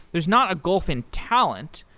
there's not a gulf in talent,